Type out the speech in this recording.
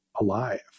alive